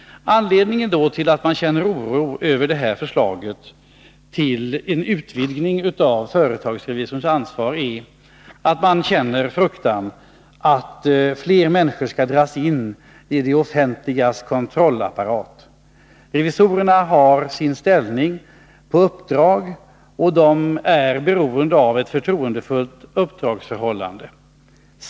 Anledningen till att man känner oro över detta förslag till en utvidgning av företagsrevisorns ansvar är fruktan att fler människor skall dras in i det offentligas kontrollapparat. Revisorerna har sin ställning på uppdrag, och de är beroende av ett förtroendefullt uppdragsförhållande.